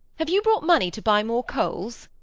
have you brought money to buy more coals?